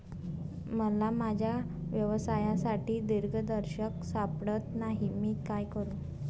मला माझ्या व्यवसायासाठी दिग्दर्शक सापडत नाही मी काय करू?